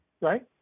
right